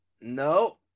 No